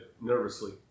nervously